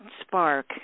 spark